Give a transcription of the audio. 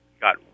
got